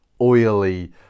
oily